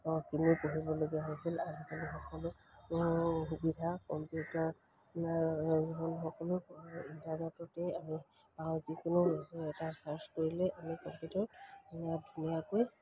কিনি পঢ়িবলগীয়া হৈছিল আজিকালি সকলো সুবিধা কম্পিউটাৰ সকলো ইণ্টাৰনেটতেই আমি বা যিকোনো এটা চাৰ্ছ কৰিলেই আমি কম্পিউটাৰত ধুনীয়াকৈ